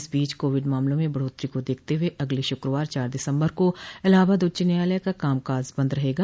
इस बीच कोविड मामलों में बढ़ोतरी को देखते हुए अगले शुक्रवार चार दिसंबर को इलाहाबाद उच्च न्यायालय का कामकाज बंद रहेगा